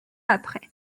après